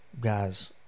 guys